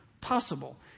possible